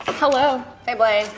hello. hey boy.